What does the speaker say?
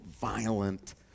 violent